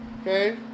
Okay